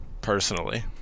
personally